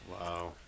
Wow